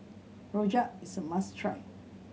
Rojak is a must try